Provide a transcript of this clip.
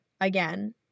again